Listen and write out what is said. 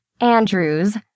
Andrews